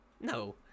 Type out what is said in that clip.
No